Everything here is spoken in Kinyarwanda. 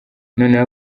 noneho